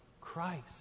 Christ